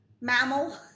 Mammal